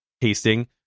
tasting